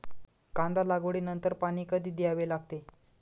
कांदा लागवडी नंतर पाणी कधी द्यावे लागते?